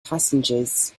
passengers